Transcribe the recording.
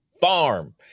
farm